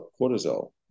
cortisol